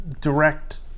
direct